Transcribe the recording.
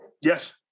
Yes